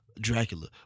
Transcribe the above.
Dracula